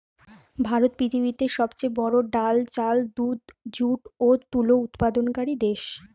ভারত পৃথিবীতে সবচেয়ে বড়ো ডাল, চাল, দুধ, যুট ও তুলো উৎপাদনকারী দেশ